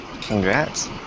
Congrats